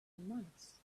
months